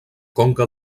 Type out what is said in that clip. conca